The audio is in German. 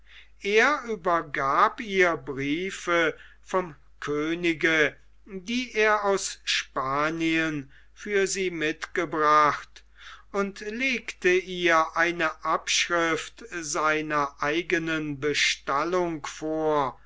er übergab ihr briefe vom könige die er aus spanien für sie mitgebracht und legte ihr eine abschrift seiner eigenen bestallung vor